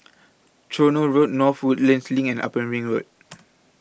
Tronoh Road North Woodlands LINK and Upper Ring Road